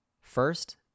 First